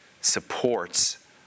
supports